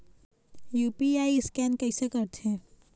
UPI scan कइसे करथे?